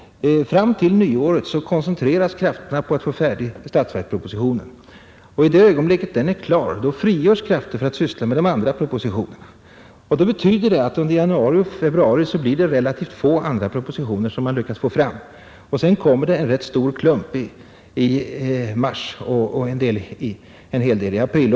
Fram till nyåret koncentreras krafterna på att få statsverkspropositionen färdig. I det ögonblicket den är klar frigörs krafterna för att syssla med de andra propositionerna. Detta betyder, att man under januari och februari endast lyckas få fram ett fåtal propositioner. Sedan kommer en stor klump i mars och en hel del i april.